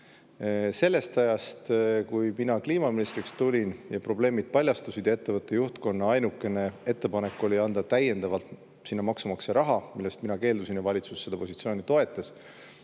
Sel ajal, kui mina kliimaministriks [sain] ja probleemid paljastusid, oli ettevõtte juhtkonna ainukene ettepanek anda täiendavalt sinna maksumaksja raha, millest mina keeldusin. Valitsus [minu] positsiooni ka toetas